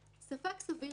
היום ספק סביר,